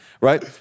right